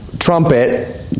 trumpet